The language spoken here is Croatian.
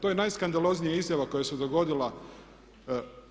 To je najskandaloznija izjava koja se dogodila